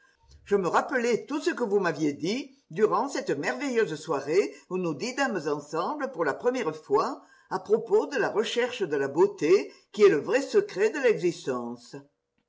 je me rappelais tout ce que vous m'aviez dit durant cette merveilleuse soirée où nous dînâmes ensemble pour la première fois à propos de la recherche de la beauté qui est le vrai secret de l'existence